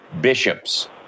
bishops